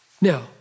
Now